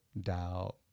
doubt